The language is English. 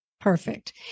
Perfect